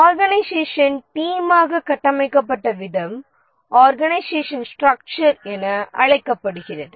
organisation டீம்மாக கட்டமைக்கப்பட்ட விதம் ஆர்கனைசேஷன் ஸ்ட்ரக்ச்சர் என அழைக்கப்படுகிறது